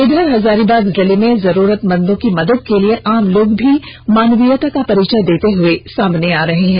इधर हजारीबाग जिले में जरूरतमंदों की मदद के लिए आम लोग भी मानवीयता का परिचय देते हुए सामने आ रहे हैं